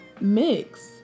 mix